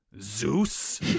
Zeus